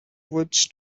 woods